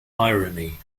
irony